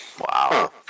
Wow